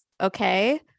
okay